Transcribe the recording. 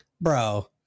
Bro